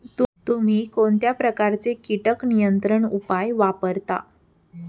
तुम्ही कोणत्या प्रकारचे कीटक नियंत्रण उपाय वापरता?